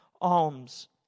alms